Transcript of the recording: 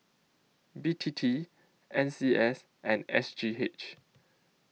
B T T N C S and S G H